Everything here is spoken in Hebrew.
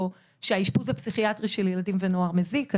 שהאשפוז הפסיכיאטרי של ילדים נוער מזיק.